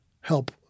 help